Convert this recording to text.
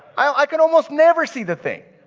i can almost never see the thing.